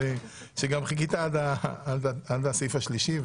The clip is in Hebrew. אבל גם שחיכית עד הסעיף השלישי,